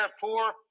poor